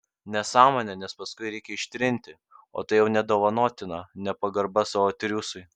nesąmonė nes paskui reikia ištrinti o tai jau nedovanotina nepagarba savo triūsui